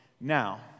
Now